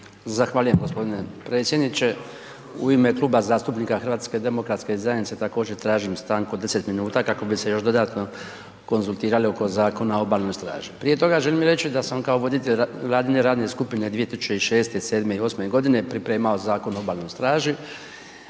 Zahvaljujem g. predsjedniče. U ime Kluba zastupnika HDZ-a također tražim stanku od 10 minuta kako bi se još dodatno konzultirali oko Zakona o obalnoj straži. Prije toga želim reći da sam kao voditelj vladine radne skupine 2006., '07. i '08.g. pripremao Zakon o obalnoj straži,